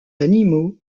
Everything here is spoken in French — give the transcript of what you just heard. animaux